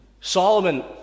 Solomon